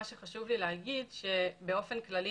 באופן כללי,